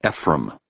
Ephraim